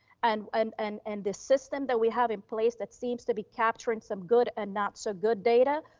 and and and and the system that we have in place that seems to be capturing some good and not so good data,